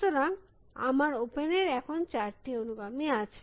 সুতরাং আমার ওপেন এর এখন 4টি অনুগামী আছে